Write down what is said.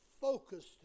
focused